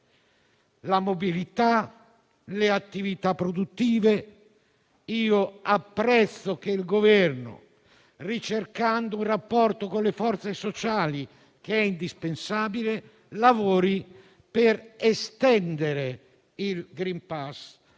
la mobilità e le attività produttive. Apprezzo che il Governo, ricercando un rapporto con le forze sociali, che è indispensabile, lavori per estendere il *green pass*